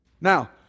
Now